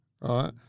right